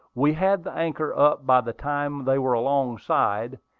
we had the anchor up by the time they were alongside,